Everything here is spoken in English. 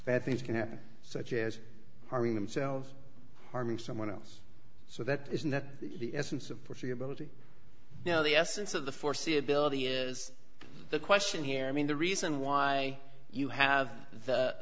bad things can happen such as harming themselves harming someone else so that isn't that the essence of for free ability you know the essence of the foreseeability is the question here i mean the reason why you have the